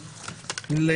אל